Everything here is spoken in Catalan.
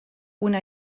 una